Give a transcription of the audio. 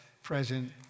present